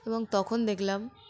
এবং তখন দেখলাম